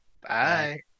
Bye